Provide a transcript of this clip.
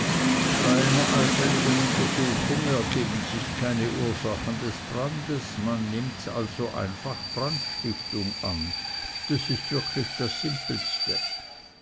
bei einer allfälligen untersuchung ergeben sich keine ursachen des brandes man nimmt also einfach brandstiftung an das ist wirklich das simpelste